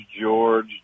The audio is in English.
George